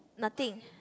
nothing